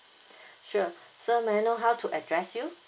sure so may I know how to address you